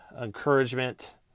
encouragement